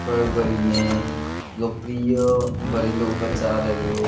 प्रयोग गरिने लोकप्रिय घरेलु उपचारहरू